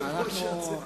לא,